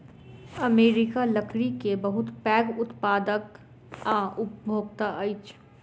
America लकड़ी के बहुत पैघ उत्पादक आ उपभोगता अछि